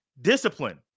discipline